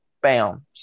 Bam